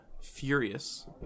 furious